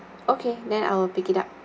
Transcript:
okay then I'll pick it up